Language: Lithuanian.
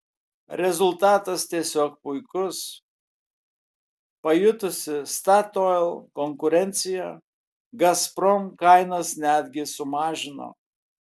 rezultatas tiesiog puikus pajutusi statoil konkurenciją gazprom kainas netgi sumažino